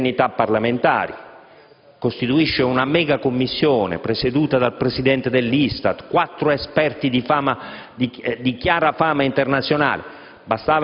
delle indennità parlamentari e costituisce una megacommissione, presieduta dal presidente dell'ISTAT e composta da quattro esperti di chiara fama internazionale.